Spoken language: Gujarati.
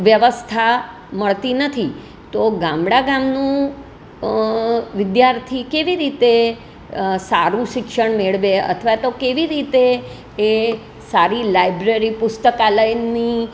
વ્યવસ્થા મળતી નથી તો ગામડા ગામનું વિધાર્થી કેવી રીતે સારું શિક્ષણ મેળવે અથવા તો કેવી રીતે એ સારી લાઇબ્રેરી પુસ્તકાલયની